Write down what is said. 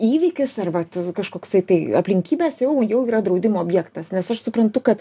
įvykis ar vat kažkoksai tai aplinkybės jau jau yra draudimo objektas nes aš suprantu kad